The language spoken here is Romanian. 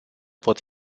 pot